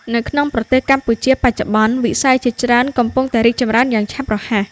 នៅក្នុងប្រទេសកម្ពុជាបច្ចុប្បន្ន វិស័យជាច្រើនកំពុងតែរីកចម្រើនយ៉ាងឆាប់រហ័ស។